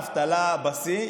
אבטלה בשיא,